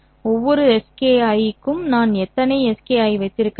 ஒவ்வொரு ஸ்கைக்கும் நான் எத்தனை Ski வைத்திருக்க வேண்டும்